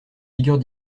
figure